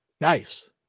Nice